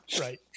Right